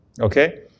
okay